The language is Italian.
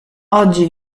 oggi